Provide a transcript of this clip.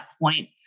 point